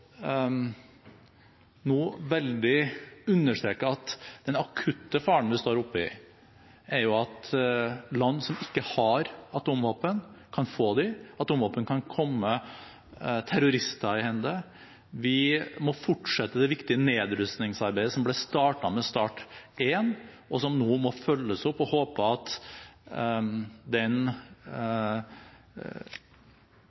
nå også understreke at den akutte faren vi står oppe i, er at land som ikke har atomvåpen, kan få dem. Atomvåpen kan komme terrorister i hende. Vi må fortsette det viktige nedrustningsarbeidet som ble startet med START I, og som nå må følges opp. Vi håper at den